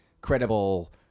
credible